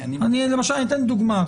אני אתן דוגמה,